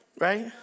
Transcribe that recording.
Right